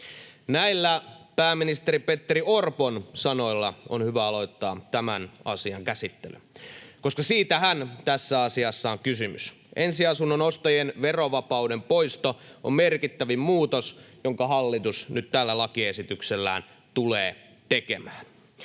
näillä pääministeri Petteri Orpon sanoilla on hyvä aloittaa tämän asian käsittely, koska siitähän tässä asiassa on kysymys. Ensiasunnon ostajien verovapauden poisto on merkittävin muutos, jonka hallitus nyt tällä lakiesityksellään tulee tekemään.